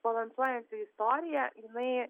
balansuojanti istorija jinai